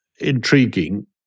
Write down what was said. intriguing